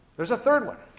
there's a third one.